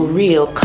real